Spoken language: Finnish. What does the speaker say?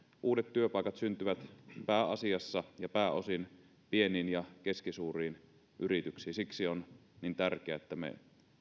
uudet työpaikat syntyvät pääasiassa ja pääosin pieniin ja keskisuuriin yrityksiin siksi on niin tärkeää että me